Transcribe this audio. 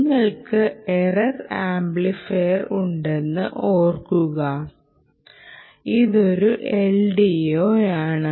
നിങ്ങൾക്ക് error amplifier ഉണ്ടെന്ന് ഓർമ്മിക്കുക ഇതൊരു LDO ആണ്